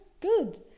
good